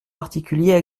particuliers